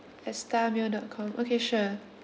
at star mail dot com okay sure